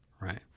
right